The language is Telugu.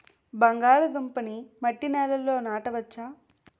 బంగాళదుంప నీ మట్టి నేలల్లో నాట వచ్చా?